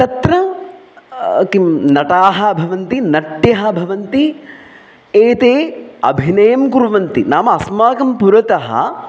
तत्र किं नटाः भवन्ति नट्यः भवन्ति एते अभिनयं कुर्वन्ति नाम अस्माकं पुरतः